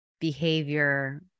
behavior